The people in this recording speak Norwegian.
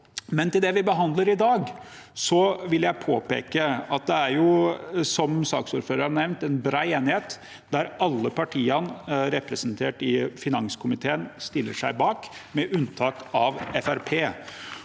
Til det vi behandler i dag, vil jeg påpeke at det jo, som saksordføreren nevnte, er en bred enighet der alle partiene representert i finanskomiteen stiller seg bak, med unntak av